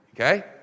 Okay